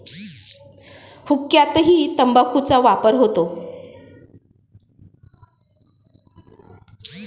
हुक्क्यातही तंबाखूचा वापर होतो